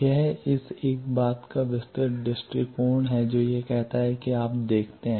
यह इस एक बात का एक विस्तृत दृष्टिकोण है जो यह कहता है कि आप देखते हैं